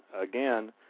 Again